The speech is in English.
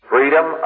Freedom